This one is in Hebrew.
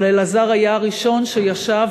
אבל אלעזר היה הראשון שישב,